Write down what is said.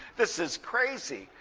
this is crazy.